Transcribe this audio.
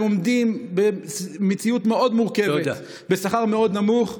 הם עובדים במציאות מאוד מורכבת בשכר מאוד נמוך.